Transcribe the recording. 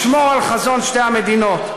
לשמור על חזון שתי המדינות.